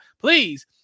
please